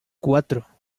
cuatro